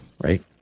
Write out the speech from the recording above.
Right